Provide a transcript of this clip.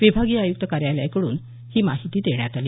विभागीय आयुक्त कार्यालयाकडून ही माहिती देण्यात आली